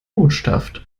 botschaft